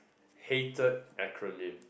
hated acronym